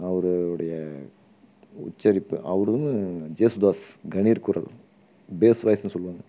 அவருடைய உச்சரிப்பு அவரும் ஜேசுதாஸ் கணீர் குரல் பேஸ் வாய்ஸ்னு சொல்லுவாங்க